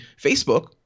Facebook